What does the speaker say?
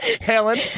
Helen